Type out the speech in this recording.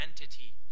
entity